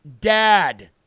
dad